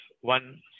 one